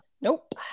Nope